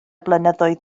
blynyddoedd